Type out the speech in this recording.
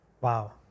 Wow